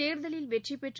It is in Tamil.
தேர்தலில் வெற்றிபெற்று